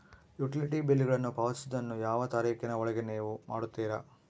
Utility ಬಿಲ್ಲುಗಳನ್ನು ಪಾವತಿಸುವದನ್ನು ಯಾವ ತಾರೇಖಿನ ಒಳಗೆ ನೇವು ಮಾಡುತ್ತೇರಾ?